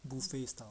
buffet style